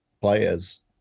players